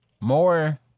more